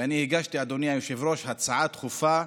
ואני הגשתי, אדוני היושב-ראש, הצעה דחופה,